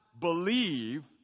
believe